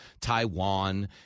Taiwan